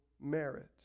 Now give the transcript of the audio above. merit